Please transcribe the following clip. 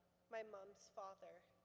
my mom's father.